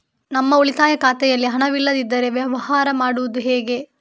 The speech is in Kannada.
ನಮ್ಮ ಉಳಿತಾಯ ಖಾತೆಯಲ್ಲಿ ಹಣವಿಲ್ಲದೇ ವ್ಯವಹಾರ ಮಾಡುವುದು ಹೇಗೆ?